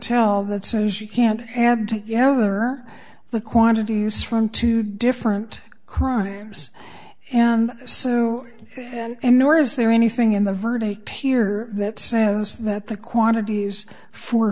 tell that says you can't add together the quantities from two different crimes and so and nor is there anything in the verdict here that says that the quantities for